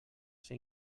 ser